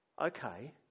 Okay